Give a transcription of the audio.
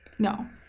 No